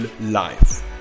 life